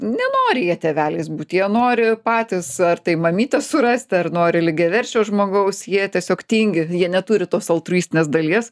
nenori jie tėveliais būt jie nori patys ar tai mamytę surasti ar nori lygiaverčio žmogaus jie tiesiog tingi jie neturi tos altruistinės dalies